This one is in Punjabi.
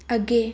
ਅੱਗੇ